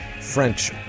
French